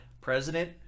President